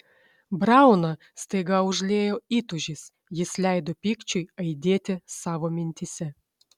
brauną staiga užliejo įtūžis jis leido pykčiui aidėti savo mintyse